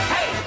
Hey